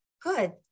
good